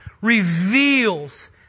reveals